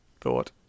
thought